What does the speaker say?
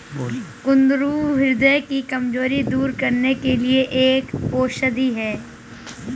कुंदरू ह्रदय की कमजोरी दूर करने के लिए एक औषधि है